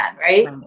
right